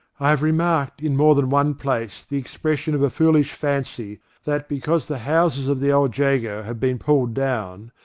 i have remarked in more than one place the expression of a foolish fancy that because the houses of the old jago have been pulled down,